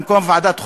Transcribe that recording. במקום ועדת החוקה,